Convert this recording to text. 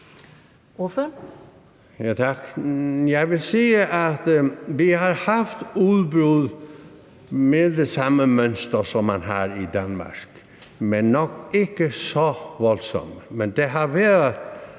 Jeg vil sige, at vi har haft udbrud med det samme mønster, som man har i Danmark, men nok ikke så voldsomt.